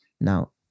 Now